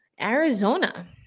Arizona